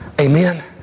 Amen